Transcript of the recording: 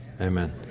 Amen